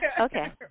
Okay